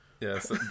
Yes